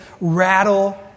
rattle